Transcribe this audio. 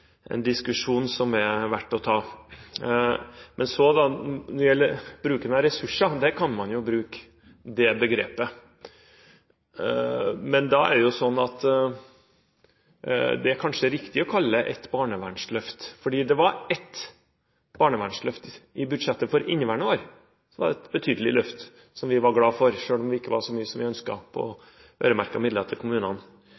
diskusjon som er verdt å ta. Men når det gjelder ressurser, kan man jo bruke det begrepet. Da er det kanskje riktig å kalle det et barnevernsløft, for det var et barnevernsløft i budsjettet for inneværende år. Da var det et betydelig løft, som vi var glade for, selv om det ikke var så mye som vi